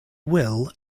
will